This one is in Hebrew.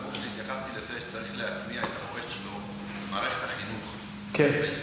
בנאום שלי התייחסתי לזה שצריך להטמיע את השם שלו במערכת החינוך בישראל.